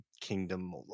kingdom